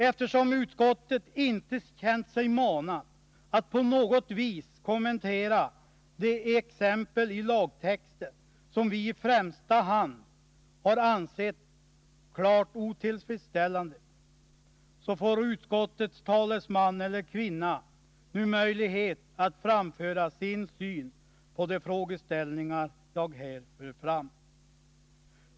Eftersom utskottet inte har känt sig manat att på något vis kommentera de = Jaktvårdsområexempel i lagtexten som vi i första hand har ansett klart otillfredsställande, får utskottets talesman eller kvinna nu möjlighet att framföra sin syn på de frågeställningar jag här för fram.